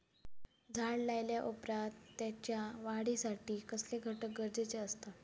झाड लायल्या ओप्रात त्याच्या वाढीसाठी कसले घटक गरजेचे असत?